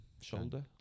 shoulder